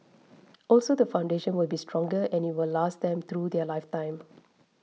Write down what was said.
also the foundation will be stronger and it will last them through their lifetime